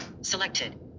selected